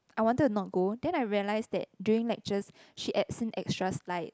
I wanted not go then I realise that during lectures she adds in extra slides